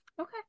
Okay